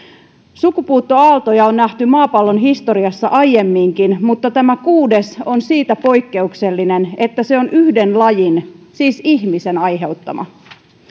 sukupuuttoaaltoja on nähty maapallon historiassa aiemminkin mutta tämä kuudes on siitä poikkeuksellinen että se on yhden lajin siis ihmisen aiheuttama